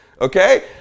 Okay